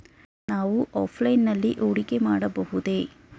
ನಾವು ಆಫ್ಲೈನ್ ನಲ್ಲಿ ಹೂಡಿಕೆ ಮಾಡಬಹುದೇ?